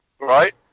right